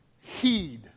Heed